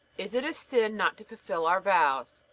is it a sin not to fulfill our vows?